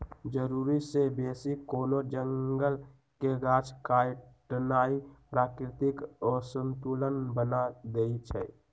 जरूरी से बेशी कोनो जंगल के गाछ काटनाइ प्राकृतिक असंतुलन बना देइछइ